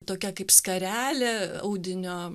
tokia kaip skarelė audinio